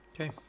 Okay